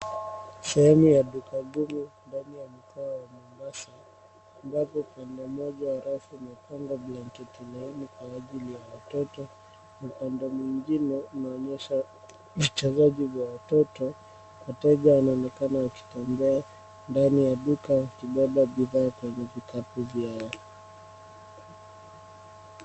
Sehemu ya duka kubwa ndani ya mkoa wa Mombasa. Upande mmoja unaonyesha blanketi laini kwa ajili ya watoto. Upande mwingine unaonyesha vitazaji vya watoto. Wateja wanaonekana wakitembea ndani ya duka wakibeba bidhaa kwenye vikapu vyao.